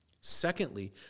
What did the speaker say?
Secondly